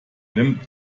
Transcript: nimmt